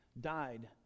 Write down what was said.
died